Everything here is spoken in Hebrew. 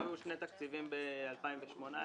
היו שני תקציבים בשנת 2018,